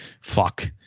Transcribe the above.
fuck